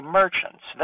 merchants